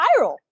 viral